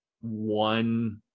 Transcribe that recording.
one